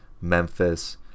Memphis